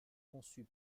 conçus